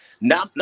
Now